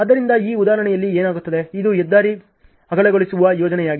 ಆದ್ದರಿಂದ ಈ ಉದಾಹರಣೆಯಲ್ಲಿ ಏನಾಗುತ್ತದೆ ಇದು ಹೆದ್ದಾರಿ ಅಗಲಗೊಳಿಸುವ ಯೋಜನೆಯಾಗಿದೆ